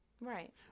Right